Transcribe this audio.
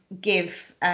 give